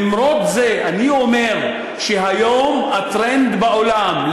למרות זה אני אומר שהיום הטרנד בעולם,